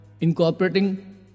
incorporating